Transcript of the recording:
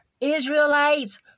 Israelites